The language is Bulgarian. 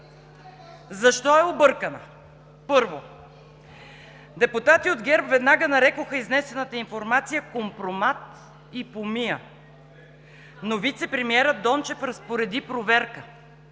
Защо е объркана? Първо, депутати от ГЕРБ веднага нарекоха изнесената информация „компромат и помия“, но вицепремиерът Дончев разпореди проверка.